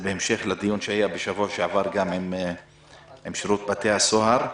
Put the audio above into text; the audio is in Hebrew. זה בהמשך לדיון שהיה בשבוע שעבר עם שירות בתי הסוהר.